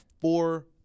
four